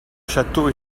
château